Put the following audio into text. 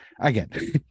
again